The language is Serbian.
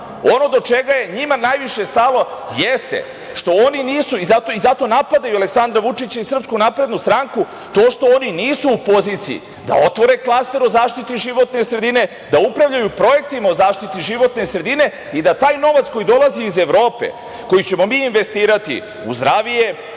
do čega je njima najviše stalo jeste to što oni nisu, zato i napadaju Aleksandra Vučića i SNS, u poziciji da otvore klaster o zaštiti životne sredine, da upravljaju projektima o zaštiti životne sredine i da taj novac koji dolazi iz Evrope, koji ćemo mi investirati u zdravije